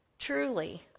Truly